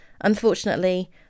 Unfortunately